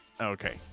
Okay